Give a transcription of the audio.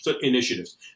initiatives